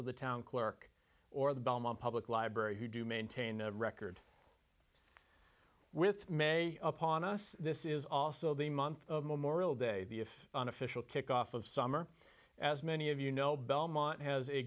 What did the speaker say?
of the town clerk or the belmont public library who do maintain a record with may upon us this is also the month of memorial day the if unofficial kickoff of summer as many of you know belmont has a